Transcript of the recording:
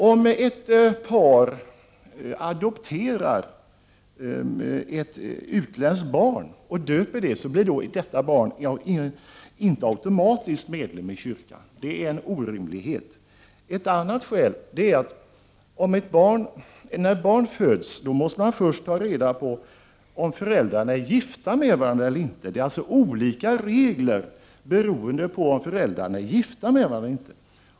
Om ett par adopterar ett utländskt barn och döper det, blir detta barn inte automatiskt medlem i kyrkan. Det är en orimlighet. Ett annat skäl till att reglerna behöver ändras är att man när ett barn föds först måste ta reda på om föräldrarna är gifta med varandra eller inte. Det är alltså olika regler som gäller beroende på om föräldrarna är gifta med varandra eller inte.